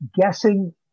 Guessing